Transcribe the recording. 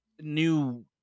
new